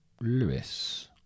Lewis